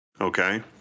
okay